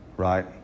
Right